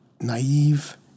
naive